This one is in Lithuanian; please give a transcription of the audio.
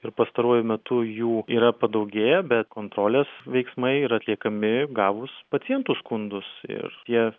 ir pastaruoju metu jų yra padaugėję bet kontrolės veiksmai yra atliekami gavus pacientų skundus ir jie